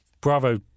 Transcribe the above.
Bravo